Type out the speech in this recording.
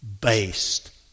based